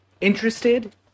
interested